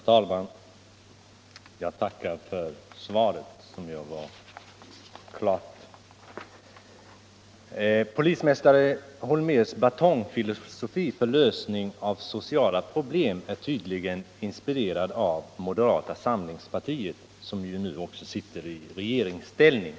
Herr talman! Jag tackar för svaret, som ju var klart. Polismästare Holmérs batongfilosofi för lösning av sociala problem är tydligen inspirerad av moderata samlingspartiet, som nu också sitter i regeringsställning.